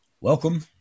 Welcome